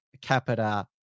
capita